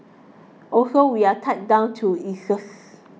also we are tied down to